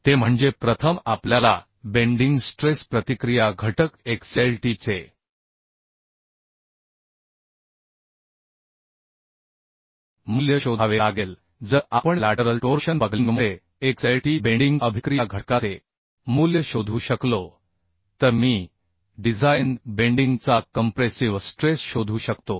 ते म्हणजे प्रथम आपल्याला बेन्डिंग स्ट्रेस प्रतिक्रिया घटक xlt चे मूल्य शोधावे लागेल जर आपण लॅटरल टोर्शन बकलिंगमुळे xlt बेंडिंग अभिक्रिया घटकाचे मूल्य शोधू शकलो तर मी डिझाइन बेंडिंग चा कंप्रेसिव्ह स्ट्रेस शोधू शकतो